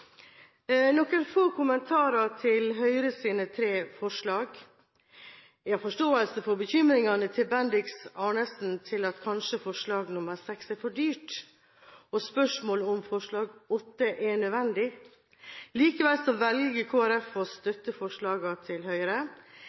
noen få kommentarer til Høyres tre forslag. Jeg har forståelse for bekymringene til Bendiks H. Arnesen for at forslag nr. 6 kanskje er for dyrt, og spørsmålet om forslag nr. 8 er nødvendig. Likevel velger Kristelig Folkeparti å støtte forslagene fra Høyre.